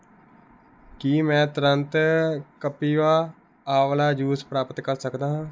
ਕੀ ਮੈਂ ਤੁਰੰਤ ਕੱਪੀਵਾ ਆਵਲਾ ਜੂਸ ਪ੍ਰਾਪਤ ਕਰ ਸਕਦਾ ਹਾਂ